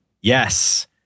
Yes